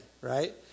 right